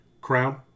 crown